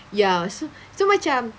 ya so so macam